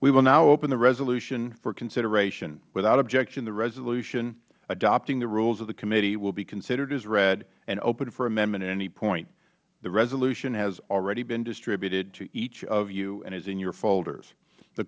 we will now open the resolution for consideration without objection the resolution adopting the rules of the committee will be considered as read and open for amendment at any point the resolution has already been distributed to each of you and is in your folders the